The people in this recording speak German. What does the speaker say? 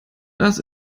das